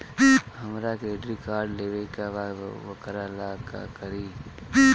हमरा credit card लेवे के बा वोकरा ला का करी?